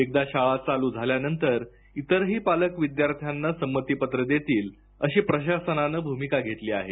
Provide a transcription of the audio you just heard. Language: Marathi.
एकदा शाळा चालू झाल्यानंतर इतरही पालक विद्यार्थ्यांना संमतीपत्र देतील अशी प्रशासनाने भूमिका घेतली आहे